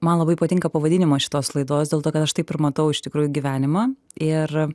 man labai patinka pavadinimas šitos laidos dėl to kad aš taip ir matau iš tikrųjų gyvenimą ir